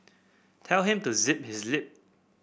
tell him to zip his lip